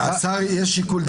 יהיה שיקול דעת לשר.